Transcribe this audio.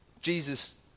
Jesus